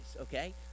okay